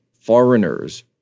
foreigners